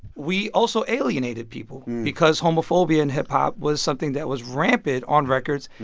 we also alienated people because homophobia in hip-hop was something that was rampant on records.